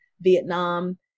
Vietnam